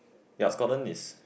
ya Scotland is